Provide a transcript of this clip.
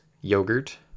yogurt